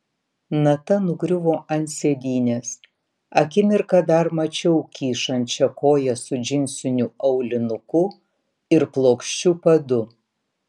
nata nugriuvo ant sėdynės akimirką dar mačiau kyšančią koją su džinsiniu aulinuku ir plokščiu padu